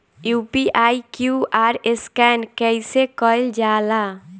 UPI QR scan कइसे कईल जा ला?